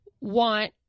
want